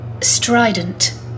Strident